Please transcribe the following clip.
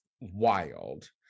wild